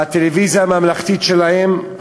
בטלוויזיה הממלכתית שלהם,